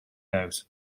out